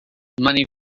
money